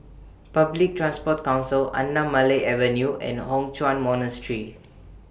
Public Transport Council Anamalai Avenue and Hock Chuan Monastery